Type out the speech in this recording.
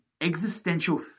existential